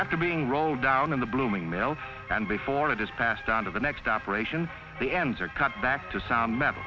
after being rolled down in the blooming male and before it is passed on to the next operation the ends are cut back to some met